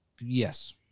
Yes